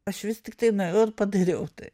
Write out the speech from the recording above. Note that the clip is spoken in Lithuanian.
aš vis tiktai nuėjau ir padariau tai